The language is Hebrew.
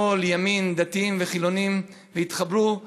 שמאל, ימין, דתיים וחילונים, והתחברו,